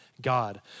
God